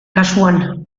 kasuan